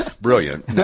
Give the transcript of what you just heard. brilliant